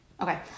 Okay